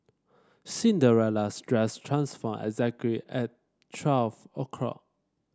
Cinderella's dress transformed exactly at twelve o'clock